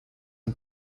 and